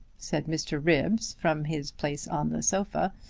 said mr. ribbs, from his place on the sofa.